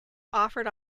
offered